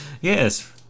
Yes